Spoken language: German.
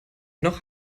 noch